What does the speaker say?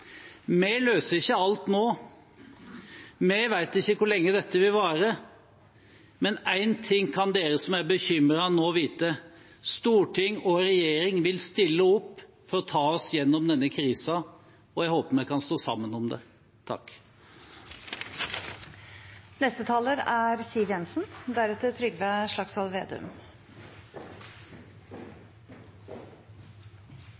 Vi løser ikke alt nå, vi vet ikke hvor lenge dette vil vare, men én ting kan dere som er bekymret, nå vite: Storting og regjering vil stille opp for å ta oss gjennom denne krisen, og jeg håper vi kan stå sammen om det.